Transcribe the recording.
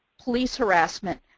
police harassment,